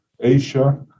Asia